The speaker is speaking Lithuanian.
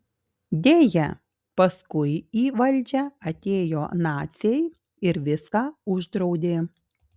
deja paskui į valdžią atėjo naciai ir viską uždraudė